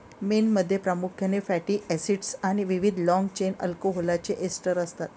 मेणमध्ये प्रामुख्याने fatty acids आणि विविध लाँग चेन अल्कोहोलचे एस्टर असतात